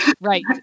right